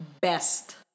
best